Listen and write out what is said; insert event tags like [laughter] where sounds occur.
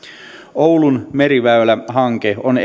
oulun meriväylähanke on [unintelligible]